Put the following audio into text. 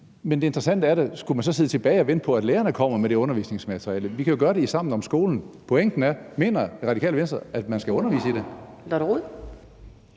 Men det interessante er da, om man så skulle sidde tilbage og vente på, at lærerne kommer med det undervisningsmateriale? Vi kan jo gøre det i Sammen om skolen. Pointen er: Mener Radikale Venstre, at